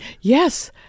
Yes